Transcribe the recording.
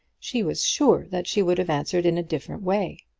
she was sure that she would have answered in a different way.